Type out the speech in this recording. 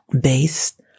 based